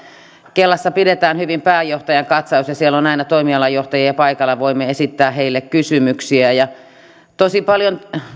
kelassa pidetään pääjohtajan katsaus ja siellä on aina toimialajohtajia paikalla ja voimme esittää heille kysymyksiä tosi paljon